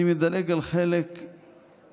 אני מדלג על חלק מהפוסט